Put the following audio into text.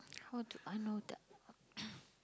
how do I know that